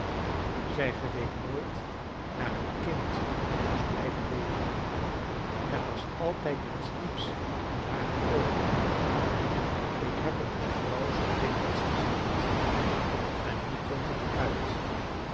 zij geleek nooit naar een kind dat moest blijven leven er was altijd iets dieps in hare oogen ik heb het mevrouw zoo dikwijls gezegd en nu komt het uit dat